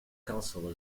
council